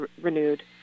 renewed